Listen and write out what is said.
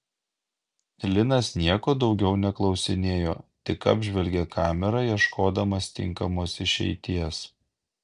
linas nieko daugiau neklausinėjo tik apžvelgė kamerą ieškodamas tinkamos išeities